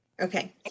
Okay